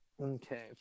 okay